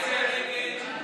סיעת הרשימה